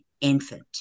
infant